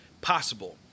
possible